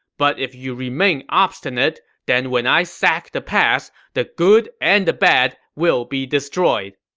but if you remain obstinate, then when i sack the pass, the good and the bad will be destroyed!